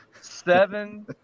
Seven